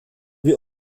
wir